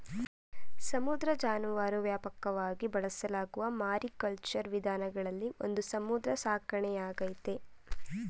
ಸಮುದ್ರ ಜಾನುವಾರು ವ್ಯಾಪಕವಾಗಿ ಬಳಸಲಾಗುವ ಮಾರಿಕಲ್ಚರ್ ವಿಧಾನಗಳಲ್ಲಿ ಒಂದು ಸಮುದ್ರ ಸಾಕಣೆಯಾಗೈತೆ